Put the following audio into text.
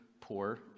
poor